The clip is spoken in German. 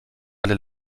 alle